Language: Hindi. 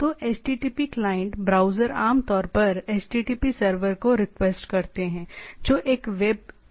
तो HTTP क्लाइंट ब्राउज़र आमतौर पर HTTP सर्वर को रिक्वेस्ट करते हैं जो एक वेब सर्वर है